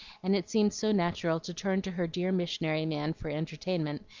and it seemed so natural to turn to her dear missionary man for entertainment,